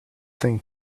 thing